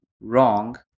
wrong